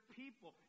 people